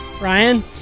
Ryan